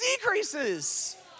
decreases